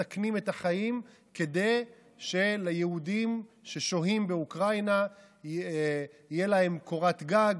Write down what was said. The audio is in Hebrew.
מסכנים את החיים כדי שליהודים ששוהים באוקראינה תהיה קורת גג,